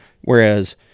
whereas